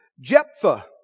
Jephthah